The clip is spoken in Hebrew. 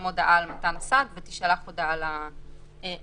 הודעה על מתן צו ותישלח הודעה לנושים.